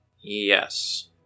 yes